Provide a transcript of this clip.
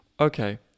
okay